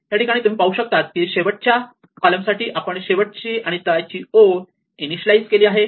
याठिकाणी तुम्ही पाहू शकतात की शेवटच्या कॉलम साठी आपण शेवटची आणि तळाची ओळ इनिशियालाइज केली आहे